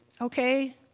Okay